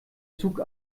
zug